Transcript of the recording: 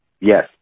Yes